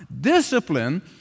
Discipline